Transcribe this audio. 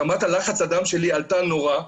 רמת לחץ הדם שלי עלתה נורא,